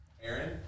Aaron